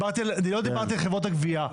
לא דיברתי על חברות הגבייה,